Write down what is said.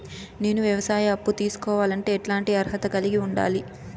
నేను వ్యవసాయ అప్పు తీసుకోవాలంటే ఎట్లాంటి అర్హత కలిగి ఉండాలి?